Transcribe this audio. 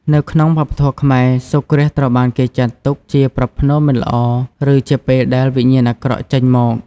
នៅក្នុងវប្បធម៌ខ្មែរ សូរ្យគ្រាសត្រូវបានគេចាត់ទុកជាប្រផ្នូលមិនល្អ ឬជាពេលដែល វិញ្ញាណអាក្រក់ ចេញមក ។